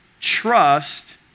Trust